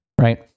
Right